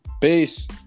peace